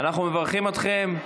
אנחנו מברכים אתכם.